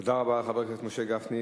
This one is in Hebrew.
תודה רבה לחבר הכנסת משה גפני.